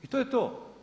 I to je to.